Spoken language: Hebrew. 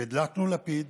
הדלקנו לפיד